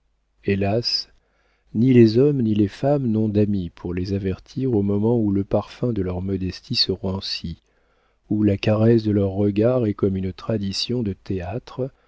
hélas ni les hommes ni les femmes n'ont d'ami pour les avertir au moment où le parfum de leur modestie se rancit où la caresse de leur regard est comme une tradition de